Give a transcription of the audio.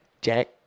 Jack